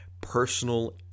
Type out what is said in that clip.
personal